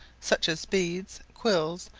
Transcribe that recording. such as beads, quills,